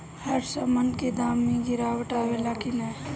हर सामन के दाम मे गीरावट आवेला कि न?